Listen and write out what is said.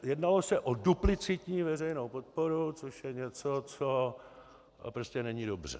Jednalo se o duplicitní veřejnou podporu, což je něco, co prostě není dobře.